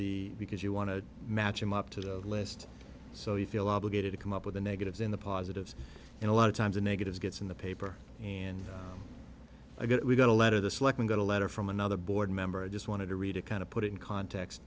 the because you want to match them up to the list so you feel obligated to come up with the negatives into positives and a lot of times a negative gets in the paper and i get we got a letter the selectmen got a letter from another board member it just wanted to read it kind of put it in context